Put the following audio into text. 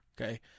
Okay